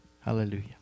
Hallelujah